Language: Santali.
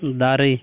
ᱫᱟᱨᱮ